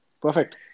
Perfect